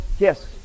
Yes